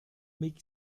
make